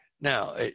Now